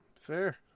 fair